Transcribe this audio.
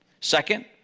Second